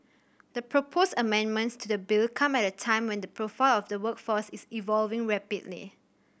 the proposed amendments to the bill come at a time when the profile of the workforce is evolving rapidly